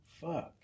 fuck